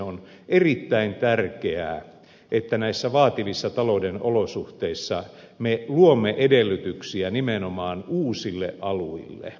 on erittäin tärkeää että näissä vaativissa talouden olosuhteissa me luomme edellytyksiä nimenomaan uusille aluille